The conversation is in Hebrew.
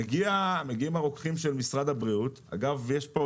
מגיעים הרוקחים של משרד הבריאות אגב, יש כאן